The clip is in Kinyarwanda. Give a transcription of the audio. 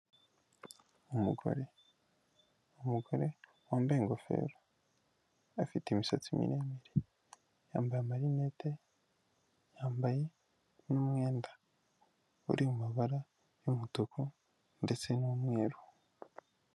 Umugore ni umugore wambaye ingofero afite imisatsi miremire, yambaye amarinete yambaye n'umwenda urimo ambara y'umutuku ndetse n'umweru.